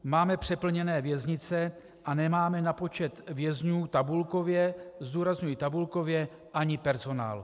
Máme přeplněné věznice a nemáme na počet vězňů tabulkově zdůrazňuji tabulkově ani personál.